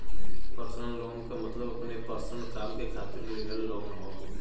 personal loan क मतलब अपने पर्सनल काम के खातिर लिहल लोन हौ